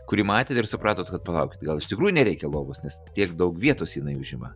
kurį matėt ir supratot kad palaukit gal iš tikrųjų nereikia lovos nes tiek daug vietos jinai užima